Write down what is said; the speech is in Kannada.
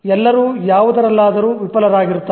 ಎಲ್ಲರೂ ಯಾವುದರಲ್ಲಾದರೂ ವಿಫಲರಾಗುತ್ತಾರೆ